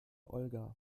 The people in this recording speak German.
olga